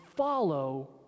Follow